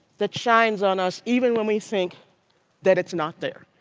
that shines on us even when we think that it is not there.